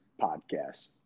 podcast